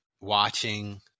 watching